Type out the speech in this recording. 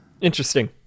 interesting